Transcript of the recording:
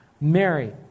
Mary